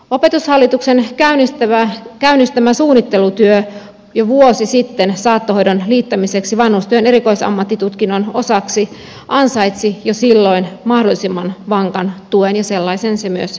opetushallituksen käynnistämä suunnittelutyö jo vuosi sitten saattohoidon liittämiseksi vanhustyön erikoisammattitutkinnon osaksi ansaitsi jo silloin mahdollisimman vankan tuen ja sellaisen se myös sai